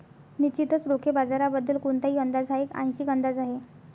निश्चितच रोखे बाजाराबद्दल कोणताही अंदाज हा एक आंशिक अंदाज आहे